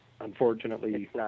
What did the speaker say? unfortunately